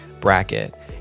bracket